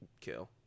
kill